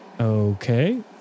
Okay